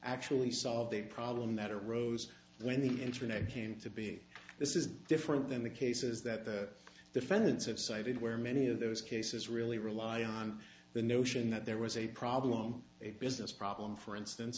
actually solved a problem that arose when the internet came to be this is different than the cases that defendants have cited where many of those cases really rely on the notion that there was a problem a business problem for instance